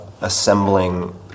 assembling